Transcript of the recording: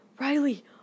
Riley